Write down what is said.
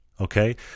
okay